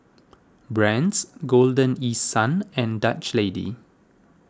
Brand's Golden East Sun and Dutch Lady